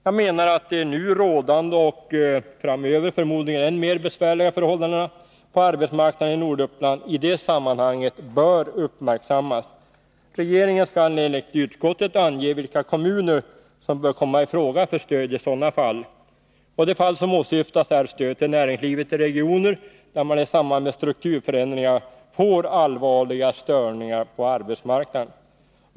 Jag menar att de nu rådande och framöver förmodligen än mer besvärliga förhållandena på arbetsmarknaden i Norduppland i det sammanhanget bör uppmärksammas. Regeringen skall enligt utskottet ange vilka kommuner som bör komma i fråga för stöd i sådana fall. De fall som åsyftas är stöd till näringslivet i regioner där man i samband med strukturförändringar får allvarliga störningar på arbetsmarknaden.